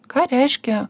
ką reiškia